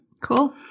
Cool